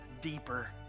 deeper